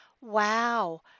wow